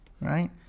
right